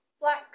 Black